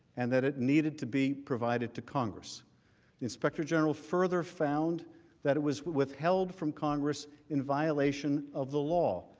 and that it needed to be provided to congress the inspector general further found that it was withheld from congress in violation of the law,